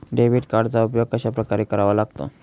Debit कार्डचा उपयोग कशाप्रकारे करावा लागतो?